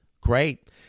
Great